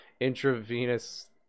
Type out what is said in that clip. intravenous